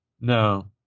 No